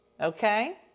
Okay